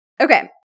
Okay